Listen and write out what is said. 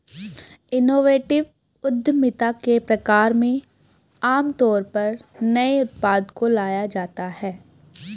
innovative उद्यमिता के प्रकार में आमतौर पर नए उत्पाद को लाया जाता है